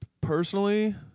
personally